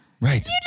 right